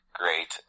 great